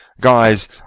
guys